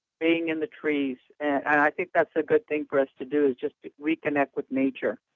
being in the trees. and i think that's a good thing for us to do, just reconnect with nature.